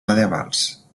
medievals